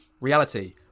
Reality